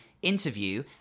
interview